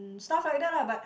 stuff like that lah but